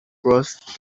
crossed